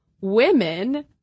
women